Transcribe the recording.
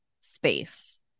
space